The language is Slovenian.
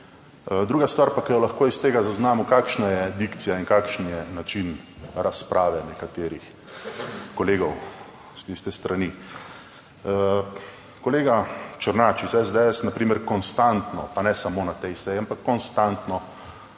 Druga stvar pa, ki jo lahko iz tega zaznamo, kakšna je dikcija in kakšen je način razprave nekaterih kolegov s tiste strani. Kolega Černač iz SDS na primer konstantno, pa ne samo na tej seji, ampak konstantno,